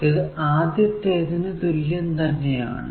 ഇത് ആദ്യത്തേതിന് തുല്യം തന്നെ ആണ്